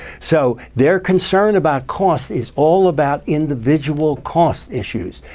so their concern about costs is all about individual cost issues.